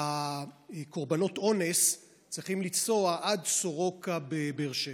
וקורבנות אונס צריכים לנסוע עד סורוקה בבאר שבע.